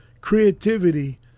creativity